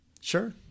Sure